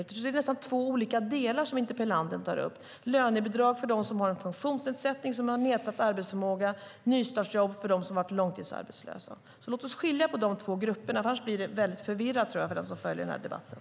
Det är nästan två olika delar som interpellanten tar upp: lönebidrag för dem som har en funktionsnedsättning, som har nedsatt arbetsförmåga, nystartsjobb för dem som har varit långtidsarbetslösa. Låt oss skilja på de två grupperna, annars tror jag att det blir väldigt förvirrat för den som följer den här debatten.